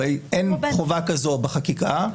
הרי אין חובה כזאת בחקיקה.